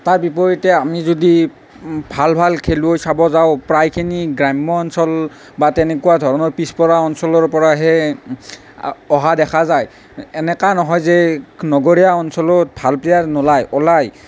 তাৰ বিপৰীতে আমি যদি ভাল ভাল খেলুৱৈ চাব যাওঁ প্ৰায়খিনি গ্ৰাম্য অঞ্চল বা তেনেকুৱা ধৰণৰ পিছ পৰা অঞ্চলৰ পৰাহে অহা দেখা যায় এনেকুৱা নহয় যে নগৰীয়া অঞ্চলত ভাল প্লেয়াৰ নোলাই ওলাই